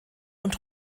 und